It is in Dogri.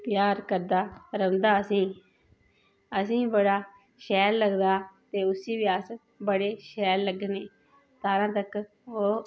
प्यार करदे रौंहदा असेंगी बड़ा शैल लगदा ते उसी बी अस बडे़ शैल लग्गने सारे तक ओह्